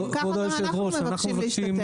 אם כך, גם אנחנו מבקשים שגם